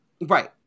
right